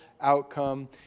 outcome